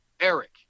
ERIC